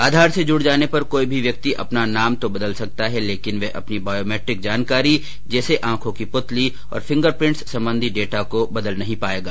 आधार से जुड जाने पर कोई भी व्यक्ति अपना नाम तो बदल सकता है लेकिन वह अपनी बायोमेट्रिक जानकारी जैसे आंखों की पृतली और फिंगर प्रदिस संबंधी डेटा को बदल नहीं पाएगा